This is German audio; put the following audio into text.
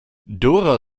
dora